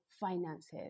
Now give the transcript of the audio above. finances